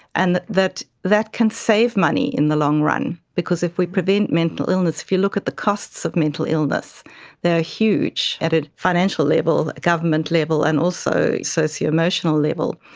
and that that that can save money in the long run because if we prevent mental illness, if you look at the costs of mental illness they are huge, at a financial level, government level and also a socioemotional level,